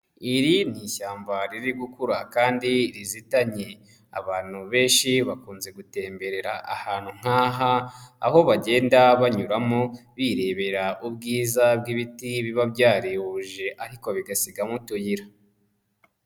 Iri ni ishyamba riri gukura kandi rizitanye abantu benshi bakunze gutemberera ahantu nk'aha, aho bagenda banyuramo birebera ubwiza bw'ibiti biba byarihuje ariko bigasigamo utuyira.